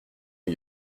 new